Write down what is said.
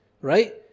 Right